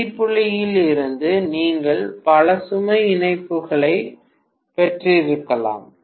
சந்தி புள்ளியில் இருந்து நீங்கள் பல சுமை இணைப்புகளைப் பெற்றிருக்கலாம்